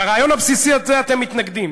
לרעיון הבסיסי הזה אתם מתנגדים,